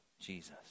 Jesus